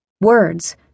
Words